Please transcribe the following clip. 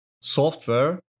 software